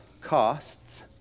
costs